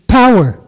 power